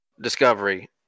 Discovery